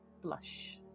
blush